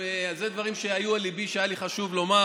אלה דברים שהיו על ליבי והיה לי חשוב לומר.